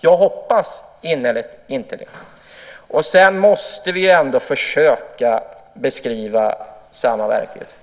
Jag hoppas innerligt att så inte sker. Sedan måste vi försöka beskriva samma verklighet.